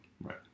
Right